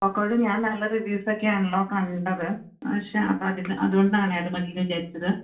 പോക്കോയുടെ ഞാൻ നല്ല റിവ്യൂസൊക്കെയാണല്ലോ കണ്ടത് പക്ഷേ അപ്പോള് അതില് അതുകൊണ്ടാണ് അതു മതിയെന്ന് വിചാരിച്ചത്